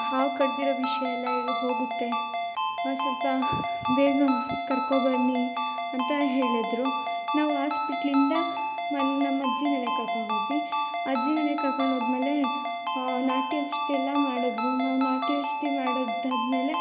ಹಾವು ಕಡಿದಿರೋ ವಿಷಯೆಲ್ಲ ಇಳ್ದು ಹೋಗುತ್ತೆ ಸ್ವಲ್ಪ ಬೇಗ ಕರ್ಕೊಬನ್ನಿ ಅಂತ ಹೇಳಿದ್ರು ನಾವು ಆಸ್ಪಿಟ್ಲಿಂದ ಮನೆ ನಮ್ಮಜ್ಜಿ ಮನೆಗೆ ಕರ್ಕೊಂಡೋದ್ವಿ ಅಜ್ಜಿ ಮನೆಗೆ ಕರ್ಕೊಂಡೋದಮೇಲೆ ನಾಟಿ ಔಷಧಿ ಎಲ್ಲ ಮಾಡಿದ್ರು ನಾವು ನಾಟಿ ಔಷಧಿ ಮಾಡಿದ್ದಾದಮೇಲೆ